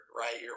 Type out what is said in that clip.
right